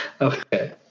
okay